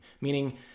meaning